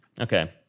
Okay